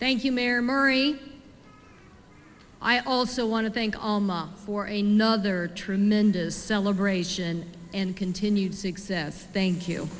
thank you mayor marie i also want to thank all mom for a nother tremendous celebration and continued success thank you